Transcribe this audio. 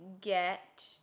get